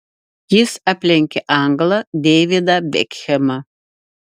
jis aplenkė anglą deividą bekhemą